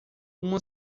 uma